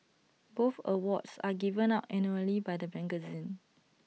both awards are given out annually by the magazine